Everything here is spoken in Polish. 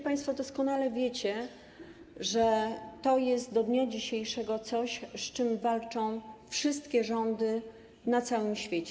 Państwo doskonale wiecie, że to jest do dnia dzisiejszego coś, z czym walczą wszystkie rządy na całym świecie.